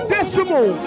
Decimal